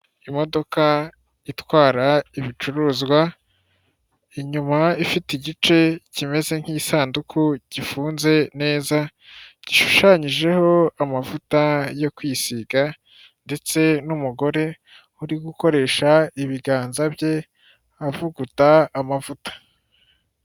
Imodoka itwara ibicuruzwa, inyuma ifite igice kimeze nk'isanduku, gifunze neza gishushanyijeho amavuta yo kwisiga ndetse n'umugore uri gukoresha ibiganza bye avuguta amavuta.